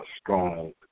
strong